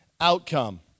outcome